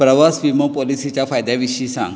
प्रवास विमो पॉलिसीच्या फायद्या विशीं सांग